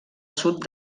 sud